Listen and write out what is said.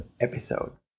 episode